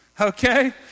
Okay